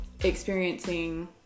experiencing